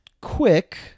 quick